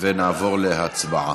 ונעבור להצבעה.